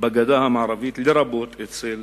בגדה המערבית, לרבות אצל